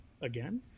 again